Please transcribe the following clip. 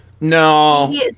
no